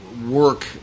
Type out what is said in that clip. work